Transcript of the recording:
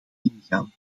ingaan